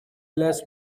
less